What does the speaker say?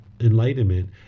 enlightenment